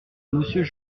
monsieur